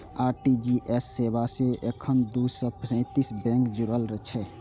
RTGS सेवा सं एखन दू सय सैंतीस बैंक जुड़ल छै